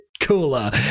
cooler